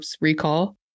recall